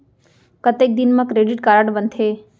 कतेक दिन मा क्रेडिट कारड बनते?